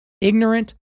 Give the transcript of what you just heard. ignorant